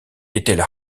étaient